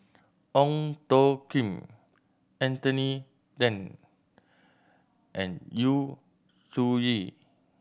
Ong Tjoe Kim Anthony Then and Yu Zhuye